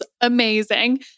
amazing